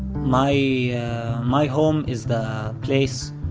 my my home is the place